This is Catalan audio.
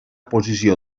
posició